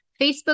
Facebook